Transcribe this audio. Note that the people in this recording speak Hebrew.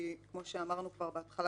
כי כמו שאמרנו כבר בהתחלה,